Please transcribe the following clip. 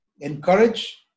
encourage